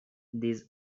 these